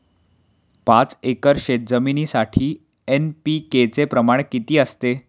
पाच एकर शेतजमिनीसाठी एन.पी.के चे प्रमाण किती असते?